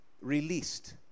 released